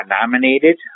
nominated